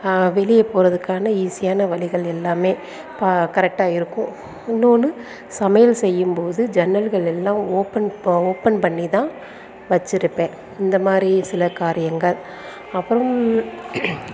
வெளியே போறதுக்கான ஈஸியான வழிகள் எல்லாமே பா கரெக்டாக இருக்கும் இன்னோன்னு சமையல் செய்யும்போது ஜன்னல்கள் எல்லாம் ஓப்பன் பா ஓப்பன் பண்ணி தான் வச்சுருப்பேன் இந்த மாதிரி சில காரியங்கள் அப்புறம்